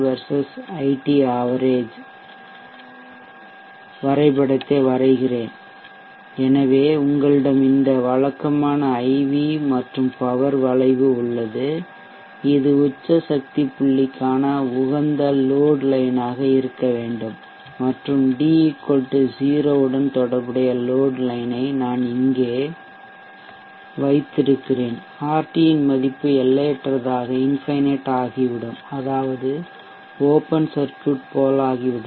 vs ID ஆவரேஜ்சராசரி வரைபடத்தை வரைகிறேன் எனவே உங்களிடம் இந்த வழக்கமான IV மற்றும் பவர் வளைவு உள்ளது இது உச்ச சக்தி புள்ளிக்கான உகந்த லோட் லைன் ஆக இருக்க வேண்டும் மற்றும் d 0 உடன் தொடர்புடைய லோட் லைன் ஐ நான் இங்கே வைத்திருக்கிறேன் RT இன் மதிப்பு எல்லையற்றதாக இன்ஃபைனைட் ஆகிவிடும் அதாவது ஓப்பன் சர்க்யூட் போலாகிவிடும்